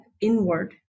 inward